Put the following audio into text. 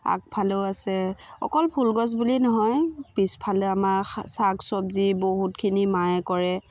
আগফালেও আছে অকল ফুলগছ বুলিয়েই নহয় পিছফালে আমাৰ শা শাক চব্জি বহুতখিনি মায়ে কৰে